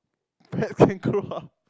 pet can grow up